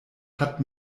hat